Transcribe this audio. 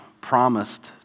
promised